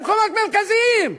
במקומות מרכזיים,